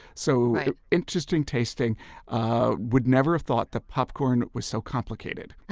so interesting tasting i would never have thought that popcorn was so complicated